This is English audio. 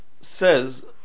says